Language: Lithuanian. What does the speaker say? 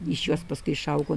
iš jos paskui išaugo